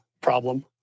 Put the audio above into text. problem